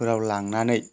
फोराव लांनानै